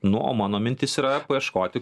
nu mano mintis yra paieškoti